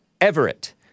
Everett